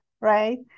right